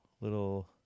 little